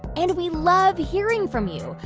and we love hearing from you.